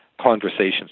conversations